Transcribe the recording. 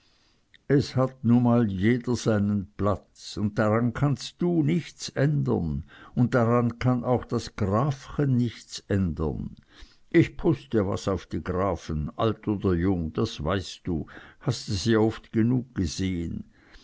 es hat nu mal jeder seinen platz un daran kannst du nichts ändern un daran kann auch das grafchen nichts ändern ich puste was auf die grafen alt oder jung das weißt du hast es ja oft genug gesehen